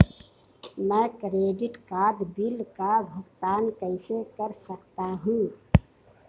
मैं credit card bill का भुगतान कैसे कर सकता हूं?